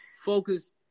focus